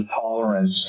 tolerance